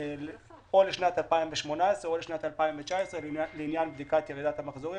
או לשנת 2018 או לשנת 2019 לעניין בדיקת ירידת המחזורים,